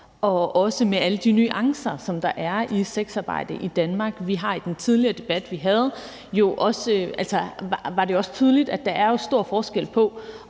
og også med alle de nuancer, der er i sexarbejde i Danmark. I den tidligere debat, vi havde, var det også tydeligt, at der jo er stor forskel på,